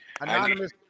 anonymous